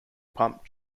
pump